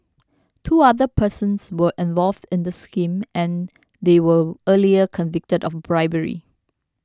two other persons were involved in the scheme and they were earlier convicted of bribery